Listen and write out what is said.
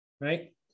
Right